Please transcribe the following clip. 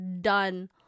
done